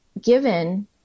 given